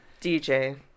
DJ